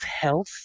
health